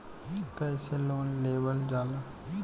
कैसे लोन लेवल जाला?